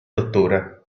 dottore